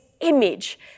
image